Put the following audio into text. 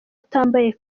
atambaye